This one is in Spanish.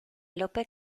lope